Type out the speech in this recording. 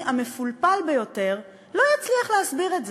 המפולפל ביותר לא יצליח להסביר את זה.